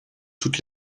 toutes